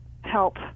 help